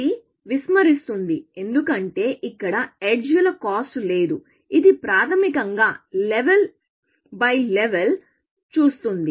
ఇది విస్మరిస్తుంది ఎందుకంటే ఇక్కడ ఎడ్జ్ ల కాస్ట్ లేదు ఇది ప్రాథమికంగా లెవెల్ బై లెవెల్ చూస్తుంది